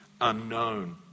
unknown